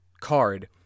card